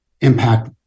impact